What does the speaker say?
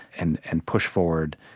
and and push forward,